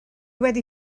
wedi